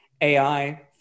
AI